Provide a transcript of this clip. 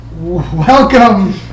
Welcome